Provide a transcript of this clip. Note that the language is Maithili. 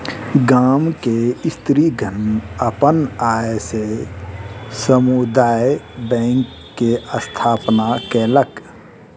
गाम के स्त्रीगण अपन आय से समुदाय बैंक के स्थापना केलक